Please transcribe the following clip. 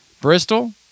Bristol